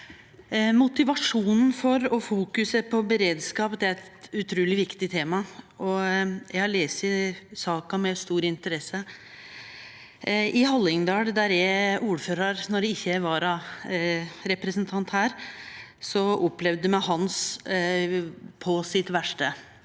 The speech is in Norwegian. Motivasjonen for og fokuset på beredskap er eit utruleg viktig tema, og eg har lese saka med stor interesse. I Hallingdal, der eg er ordførar når eg ikkje er vararepresentant her, opplevde me «Hans» på sitt verste.